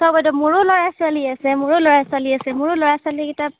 চাওক বাইদেউ মোৰো ল'ৰা ছোৱালী আছে মোৰ ল'ৰা ছোৱালী আছে মোৰো ল'ৰা ছোৱালীকেইটা